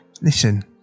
Listen